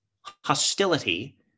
hostility